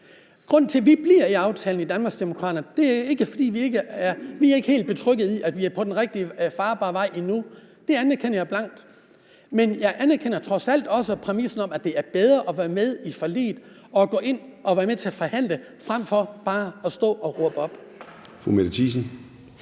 Grunden til, at vi bliver i aftalen i Danmarksdemokraterne, er ikke, at vi er helt betrygget i, at vi er på den rigtige vej og på en farbar vej endnu. Det anerkender jeg blankt. Men jeg anerkender trods alt også præmissen om, at det er bedre at være med i forliget og gå ind og være med til at forhandle frem for bare at stå og råbe op.